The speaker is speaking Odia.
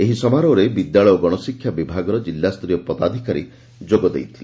ଏହି ସମାରୋହରେ ବିଦ୍ୟାଳୟ ଓ ଗଣଶିକ୍ଷା ବିଭାଗର ଜିଲ୍ଲାସ୍ତରୀୟ ପଦାଧ୍କାରୀ ଯୋଗ ଦେଇଥିଲେ